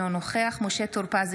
אינו נוכח משה טור פז,